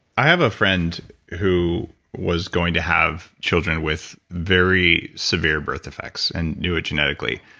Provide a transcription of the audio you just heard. i have a friend who was going to have children with very severe birth defects, and knew it genetically.